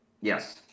yes